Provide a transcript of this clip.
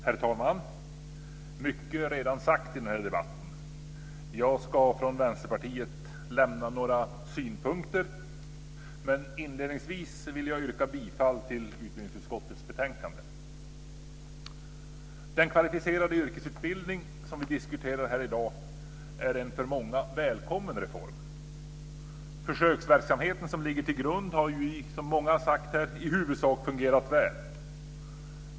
Herr talman! Mycket är redan sagt i denna debatt. Jag ska från Vänsterpartiet lämna några synpunkter. Men inledningsvis vill jag yrka bifall till förslaget i utbildningsutskottets betänkande. Den kvalificerade yrkesutbildning som vi diskuterar här i dag är en för många välkommen reform. Den försöksverksamhet som ligger till grund har ju, liksom många har sagt här, i huvudsak fungerat väl.